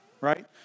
right